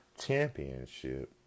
championship